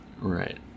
Right